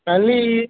களி